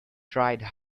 tried